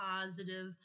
positive